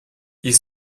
ils